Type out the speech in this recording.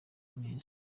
neza